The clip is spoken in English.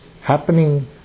happening